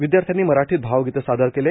विद्यार्थ्यांनी मराठीत भावगीत सादर केलं